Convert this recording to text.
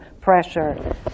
pressure